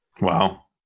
Wow